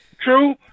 True